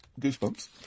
goosebumps